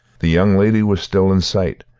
the young lady was still in sight,